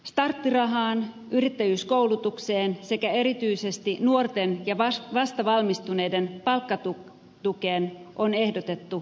starttirahaan yrittäjyyskoulutukseen sekä erityisesti nuorten ja vastavalmistuneiden palkkatukeen on ehdotettu lisäystä